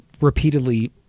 repeatedly